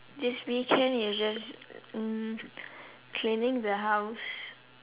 this weekend is just mm cleaning the house